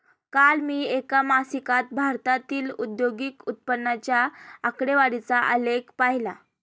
काल मी एका मासिकात भारतातील औद्योगिक उत्पन्नाच्या आकडेवारीचा आलेख पाहीला